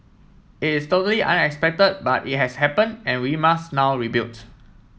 it is totally unexpected but it has happen and we must now rebuild